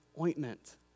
ointment